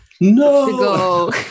no